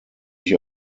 ich